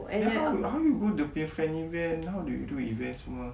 then how you how do you go the fan event how do you do event semua